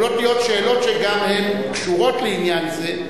יכולות להיות שאלות שגם קשורות לעניין זה,